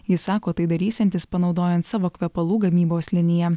jis sako tai darysiantis panaudojant savo kvepalų gamybos liniją